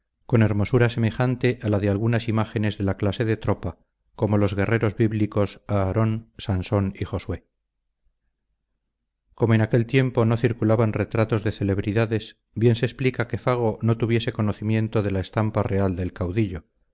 con hermosura semejante a la de algunas imágenes de la clase de tropa como los guerreros bíblicos aarón sansón y josué como en aquel tiempo no circulaban retratos de celebridades bien se explica que fago no tuviese conocimiento de la estampa real del caudillo